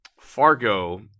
Fargo